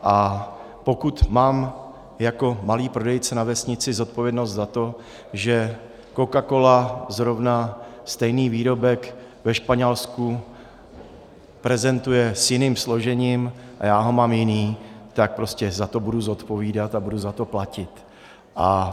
A pokud mám jako malý prodejce na vesnici zodpovědnost za to, že CocaCola zrovna stejný výrobek ve Španělsku prezentuje s jiným složením a já ho mám jiné, tak prostě za to budu zodpovídat a budu za to platit.